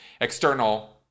External